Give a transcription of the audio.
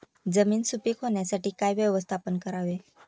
जमीन सुपीक होण्यासाठी काय व्यवस्थापन करावे?